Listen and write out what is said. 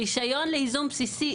רישיון לייזום בסיסי,